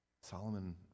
Solomon